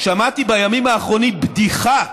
שמעתי בימים האחרונים בדיחה,